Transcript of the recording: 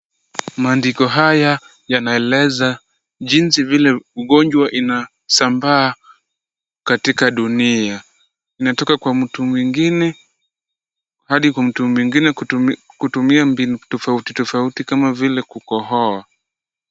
Maandiko haya yanaeleza jinsi vile ugonjwa inasambaa katika dunia. Inatoka kwa mtu mwingine hadi kwa mtu mwingine kutumia mbinu tofauti tofauti, kama vile kukohoa.